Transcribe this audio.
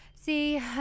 See